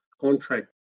contract